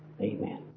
Amen